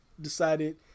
decided